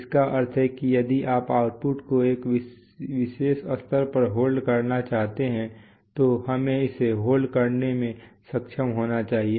इसका अर्थ है कि यदि आप आउटपुट को एक विशेष स्तर पर होल्ड करना चाहते हैं तो हमें इसे होल्ड करने में सक्षम होना चाहिए